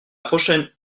prochaine